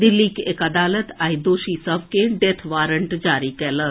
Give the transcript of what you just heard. दिल्लीक एक अदालत आई दोषी सभ के डेथ वारंट जारी कयलक